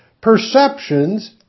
perceptions